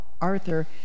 Arthur